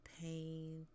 pain